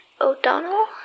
O'Donnell